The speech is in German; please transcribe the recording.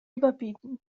überbieten